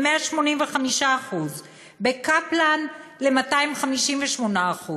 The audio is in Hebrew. ל-185%; בקפלן ל-258%.